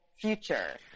future